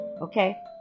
Okay